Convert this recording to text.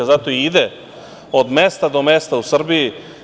Zato i ide od mesta do mesta u Srbiji.